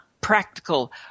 practical